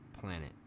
planet